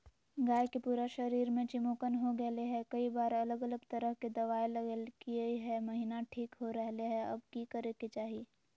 गाय के पूरा शरीर में चिमोकन हो गेलै है, कई बार अलग अलग तरह के दवा ल्गैलिए है महिना ठीक हो रहले है, अब की करे के चाही?